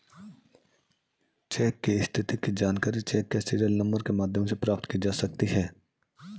check की स्थिति की जानकारी चेक के सीरियल नंबर के माध्यम से प्राप्त की जा सकती है